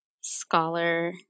scholar